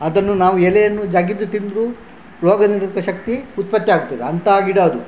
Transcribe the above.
ಅದನ್ನು ನಾವು ಎಲೆಯನ್ನು ಜಗಿದು ತಿಂದರೂ ರೋಗ ನಿರೋಧ ಶಕ್ತಿ ಉತ್ಪತ್ತಿ ಆಗ್ತದೆ ಅಂಥ ಗಿಡ ಅದು